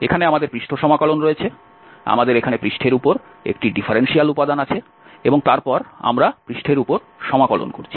এখানে আমাদের পৃষ্ঠ সমাকলন রয়েছে আমাদের এখানে পৃষ্ঠের উপর একটি ডিফারেনশিয়াল উপাদান আছে এবং তারপর আমরা পৃষ্ঠের উপর সমাকলন করছি